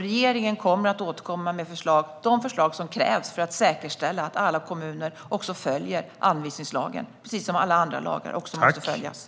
Regeringen kommer att återkomma med de förslag som krävs för att säkerställa att alla kommuner följer anvisningslagen, som måste följas precis som alla andra lagar.